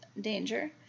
danger